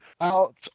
out